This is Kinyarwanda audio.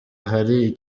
ahari